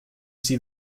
see